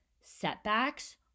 Setbacks